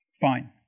Fine